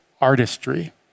artistry